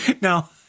Now